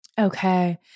Okay